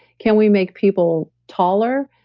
can we make people taller?